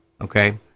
okay